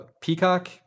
Peacock